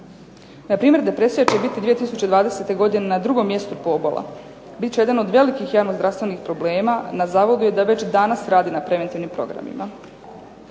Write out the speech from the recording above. Npr. depresija će biti 2020. godine na drugom mjestu pobola. Bit će jedan od velikih javno zdravstvenih problema na zavodu se već danas rade na preventivnim programima.